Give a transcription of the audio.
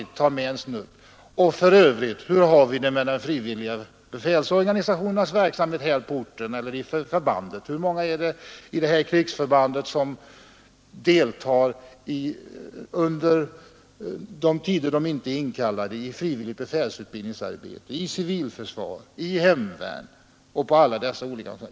ta med en snutt: ”För övrigt, hur har vi det med de frivilliga befälsorganisationernas verksamhet på denna ort eller i detta förband? Hur många i det här krigsförbandet deltar, under de tider då de inte är inkallade, i frivillig befälsutbildning, i civilförsvar, hemvärn etc.